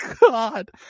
God